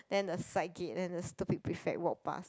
then the side gate and the stupid prefect walk pass